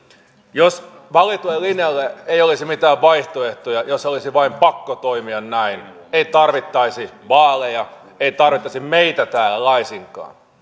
jos valitulle linjalle ei olisi mitään vaihtoehtoja jos olisi vain pakko toimia näin ei tarvittaisi vaaleja ei tarvittaisi meitä täällä laisinkaan